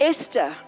Esther